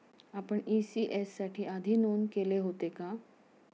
आपण इ.सी.एस साठी आधी नोंद केले होते का?